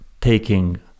taking